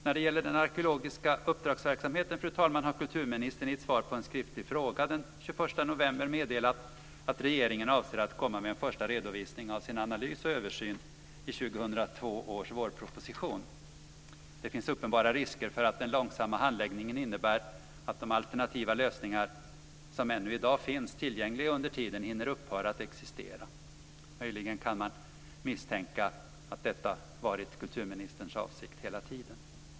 När det gäller den arkeologiska uppdragsverksamheten, fru talman, har kulturministern i ett svar på en skriftlig fråga den 21 november meddelat att regeringen avser att komma med en första redovisning av sin analys och översyn i 2002 års vårproposition. Det finns uppenbara risker för att den långsamma handläggningen innebär att de alternativa lösningar som ännu i dag finns tillgängliga under tiden hinner upphöra att existera. Möjligen kan man misstänka att detta varit kulturministerns avsikt hela tiden.